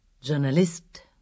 journalist